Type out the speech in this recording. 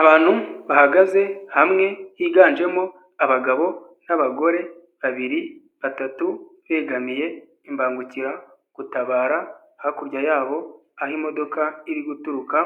Abantu bahagaze hamwe higanjemo abagabo n'abagore babiri batatu begamiye imbangukira gutabara, hakurya yabo aho imodoka iri guturuka